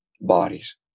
bodies